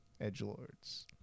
edgelords